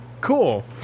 cool